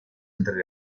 entre